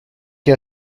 que